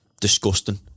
disgusting